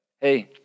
Hey